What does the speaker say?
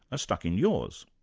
are stuck in yours.